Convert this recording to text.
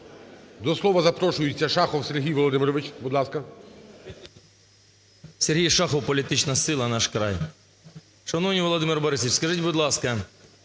до слова запрошується Шахов Сергій Володимирович. Будь ласка. 10:33:47 ШАХОВ С.В. Сергій Шахов, політична сила "Наш край". Шановний Володимир Борисович, скажіть, будь ласка,